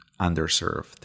underserved